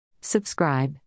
Subscribe